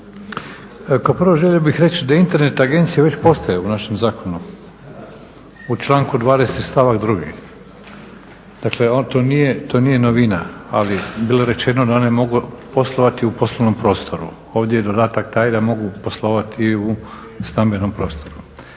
Kao prvo želio bih reći da Internet agencije već postoje u našem zakonu u članku 20. stavak 2. dakle to nije novina ali bilo je rečeno da one mogu poslovati u poslovnom prostoru. Ovdje je dodatak taj da mogu poslovati i u stambenom prostoru.